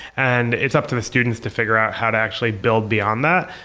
and it's up to the students to figure out how to actually build beyond that.